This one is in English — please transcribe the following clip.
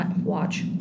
watch